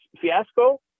fiasco